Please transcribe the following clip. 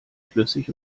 flüssig